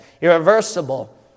irreversible